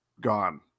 gone